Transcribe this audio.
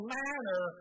manner